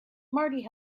marty